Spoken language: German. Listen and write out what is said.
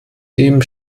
eben